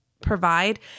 provide